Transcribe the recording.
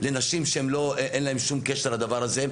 לנשים שאין להן שום קשר לדבר הזה,